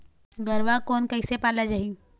गरवा कोन कइसे पाला जाही?